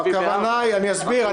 אני אסביר.